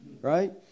Right